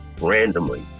randomly